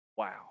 wow